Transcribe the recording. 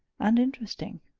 and interesting!